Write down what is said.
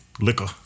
liquor